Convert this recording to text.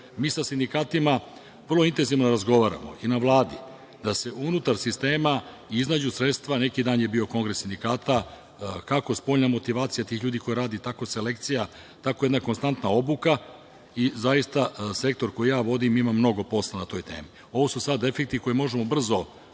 sa sindikatima vrlo intezivno razgovaramo i na Vladi, da se unutar sistema iznađu sredstva. Neki dan je bio Kongres sindikata, kako spoljna motivacija tih ljudi koji radi, tako i selekcija, tako i jedna konstantna obuka i zaista, sektor koji ja vodim ima mnogo posla na toj temi. Ovo su sada efekti koje možemo brzo